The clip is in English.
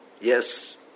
yes